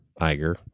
Iger